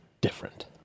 different